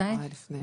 מתי?